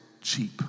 cheap